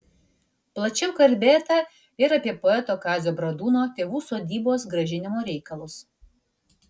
plačiau kalbėta ir apie poeto kazio bradūno tėvų sodybos grąžinimo reikalus